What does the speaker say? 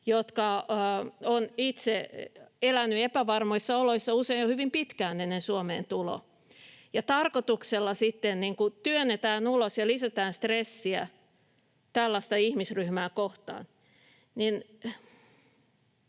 jotka ovat itse eläneet epävarmoissa oloissa usein jo hyvin pitkään ennen Suomeen tuloa — ja tarkoituksella sitten työnnetään ulos ja lisätään stressiä tällaista ihmisryhmää kohtaan,